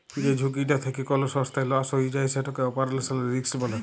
যে ঝুঁকিটা থ্যাকে কল সংস্থার লস হঁয়ে যায় সেটকে অপারেশলাল রিস্ক ব্যলে